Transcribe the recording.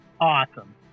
awesome